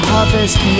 Harvest